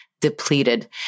depleted